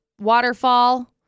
waterfall